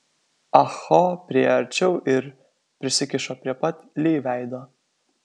ah ho priėjo arčiau ir prisikišo prie pat li veido